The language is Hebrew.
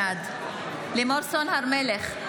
בעד לימור סון הר מלך,